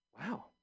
Wow